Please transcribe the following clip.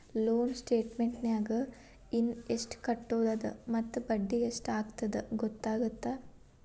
loan ಸ್ಟೇಟಮೆಂಟ್ನ್ಯಾಗ ಇನ ಎಷ್ಟ್ ಕಟ್ಟೋದದ ಮತ್ತ ಬಡ್ಡಿ ಎಷ್ಟ್ ಆಗ್ಯದಂತ ಗೊತ್ತಾಗತ್ತ